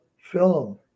film